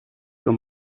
your